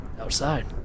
outside